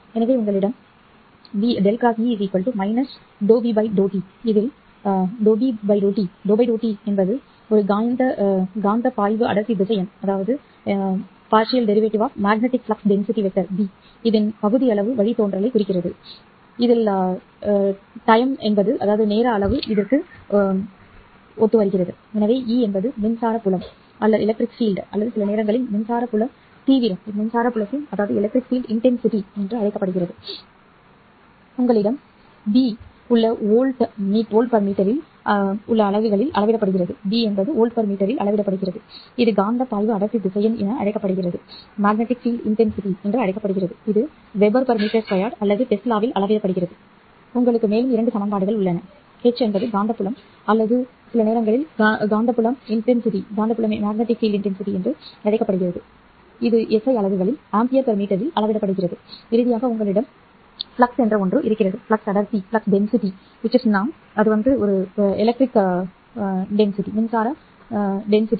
எனவே உங்களிடம் V × E ∂ ∂B ∂t உள்ளது இது ∂ time காந்தப் பாய்வு அடர்த்தி திசையன் ́B இன் பகுதியளவு வழித்தோன்றலைக் குறிக்கிறது நேரம் சரியில்லை எனவே ́E என்பது மின்சார புலம் அல்லது சில நேரங்களில் மின்சார புலம் தீவிரம் என்று அழைக்கப்படுகிறது உங்களிடம் ́B உள்ள வோல்ட் மீட்டரில் உள்ள SI அலகுகளில் அளவிடப்படுகிறது இது காந்தப் பாய்வு அடர்த்தி திசையன் என அழைக்கப்படுகிறது இது wb m2 அல்லது டெஸ்லாவில் அளவிடப்படுகிறது பின்னர் உங்களுக்கு மேலும் இரண்டு சமன்பாடுகள் உள்ளன ́H காந்தப்புலம் அல்லது சில நேரங்களில் காந்தப்புலம் என்று அழைக்கப்படுகிறது தீவிரம் மற்றும் இது SI அலகுகளில் A m இல் அளவிடப்படுகிறது இறுதியாக உங்களிடம் ஃப்ளக்ஸ் அடர்த்தி உள்ளது அது இப்போது மின்சார சரி